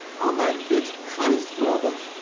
oh, my good, kind brother!